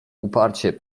uparcie